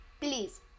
Please